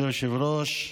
מכובדי היושב-ראש,